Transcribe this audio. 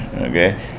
okay